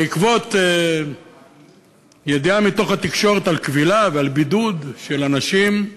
בעקבות ידיעה מתוך התקשורת על כבילה ועל בידוד של אנשים.